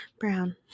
Brown